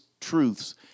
truths